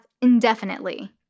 indefinitely